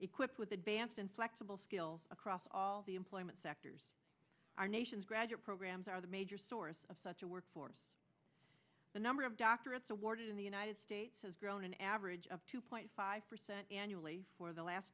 equipped with advanced and flexible skill across all the employment sectors our nation's graduate programs are the major source of such a workforce the number of doctorates awarded in the united states has grown an average of two point five percent annually for the last